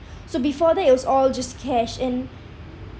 so before that it was all just cash and